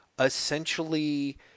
Essentially